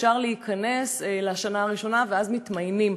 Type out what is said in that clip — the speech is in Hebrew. אפשר להיכנס לשנה הראשונה ואז מתמיינים.